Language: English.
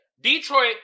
Detroit